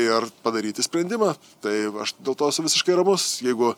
ir padaryti sprendimą tai aš dėl to esu visiškai ramus jeigu